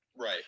right